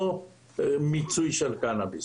לא מיצוי של קנאביס,